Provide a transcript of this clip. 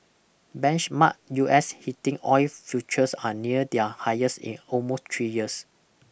benchmark U S heating oil futures are near their highest in almost three years